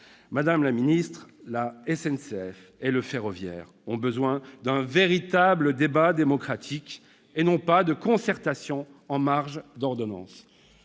de la mobilité. La SNCF et le ferroviaire ont besoin d'un véritable débat démocratique et non pas de concertations en marge d'ordonnances.